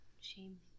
Shame